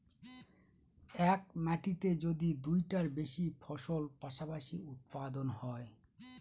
এক মাটিতে যদি দুইটার বেশি ফসল পাশাপাশি উৎপাদন হয়